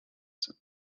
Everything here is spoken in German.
sind